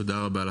תודה רבה.